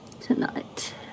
tonight